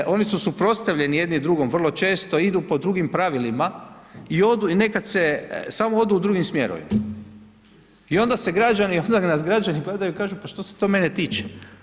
Oni se, oni su suprotstavljeni jedni drugom, vrlo često, idu po drugim pravilima i odu, nekada se, samo odu u drugim smjerovima i onda se građani, onda nas građani gledaju i kažu što se to mene tiče.